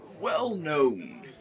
Well-known